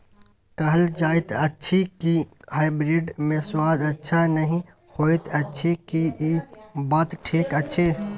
कहल जायत अछि की हाइब्रिड मे स्वाद अच्छा नही होयत अछि, की इ बात ठीक अछि?